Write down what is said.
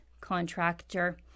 contractor